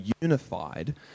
unified